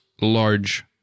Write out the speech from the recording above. large